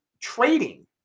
trading